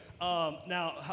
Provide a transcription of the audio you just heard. Now